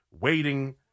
waiting